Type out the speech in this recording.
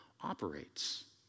operates